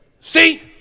See